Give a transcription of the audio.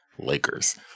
lakers